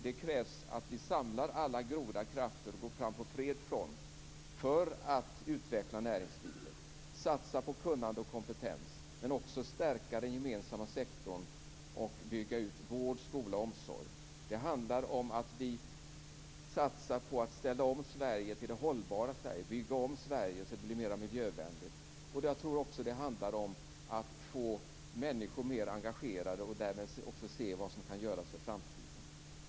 Det krävs att vi samlar alla goda krafter och går fram på bred front för att utveckla näringslivet. Det krävs att vi satsar på kunnande och kompetens, men vi måste också stärka den gemensamma sektorn och bygga ut vård, skola och omsorg. Det handlar om att vi satsar på att ställa om Sverige till det hållbara Sverige, om att bygga om Sverige så att det blir mer miljövänligt. Jag tror också att det handlar om att få människor mer engagerade så att de därmed också kan se vad som kan göras för framtiden.